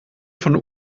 von